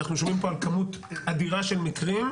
אנחנו שומעים פה על כמות אדירה של מקרים,